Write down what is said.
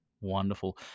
Wonderful